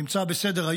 זה נמצא בסדר-היום,